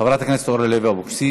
חברת הכנסת אורלי לוי אבקסיס.